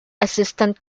assistant